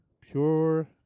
Pure